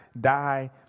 die